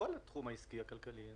בכל התחום העסקי והכלכלי.